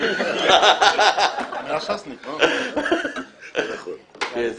ששם בדרך כלל